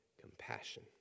compassion